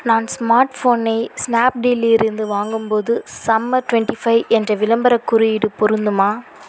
நான் ஸ்மார்ட் ஃபோனை ஸ்னாப்டீலிருந்து வாங்கும்போது சம்மர் ட்வெண்ட்டி ஃபைவ் என்ற விளம்பரக் குறியீடு பொருந்துமா